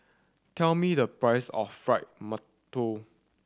tell me the price of fried